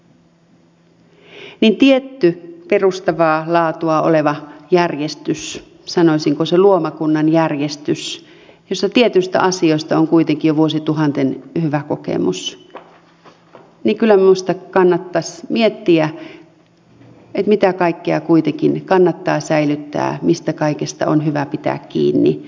kun on tietty perustavaa laatua oleva järjestys sanoisinko se luomakunnan järjestys jossa tietyistä asioista on kuitenkin jo vuosituhanten hyvä kokemus niin kyllä minusta kannattaisi miettiä mitä kaikkea kuitenkin kannattaa säilyttää mistä kaikesta on hyvä pitää kiinni